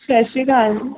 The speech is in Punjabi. ਸਤਿ ਸ਼੍ਰੀ ਅਕਾਲ ਜੀ